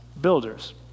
builders